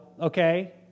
okay